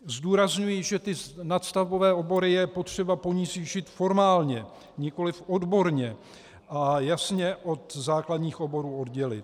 Zdůrazňuji, že nadstavbové obory je potřeba ponížit formálně, nikoliv odborně, a jasně od základních oborů oddělit.